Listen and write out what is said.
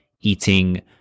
eating